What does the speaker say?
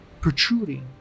protruding